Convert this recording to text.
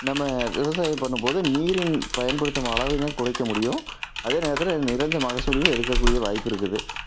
நம்ம விவசாயம் பண்ணும்போது நீரின் பயன்படுத்தும் அளவினை குறைக்க முடியும் அதே நேரத்தில் நிறைஞ்ச மகசூலையும் எடுக்கக்கூடிய வாய்ப்பு இருக்குது